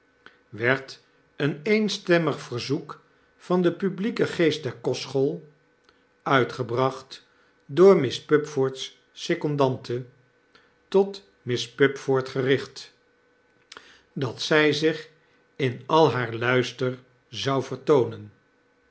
werd een eenstemmig verzoek van den publieken geest der kostschool uitgebracht door miss pupford's secondante tot miss pupford gericht dat zy zich in al haar luister zou vertoonen